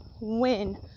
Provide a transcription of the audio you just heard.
win